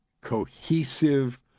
cohesive